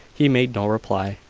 he made no reply.